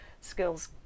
skills